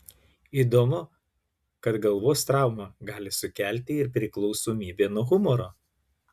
įdomu kad galvos trauma gali sukelti ir priklausomybę nuo humoro